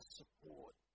support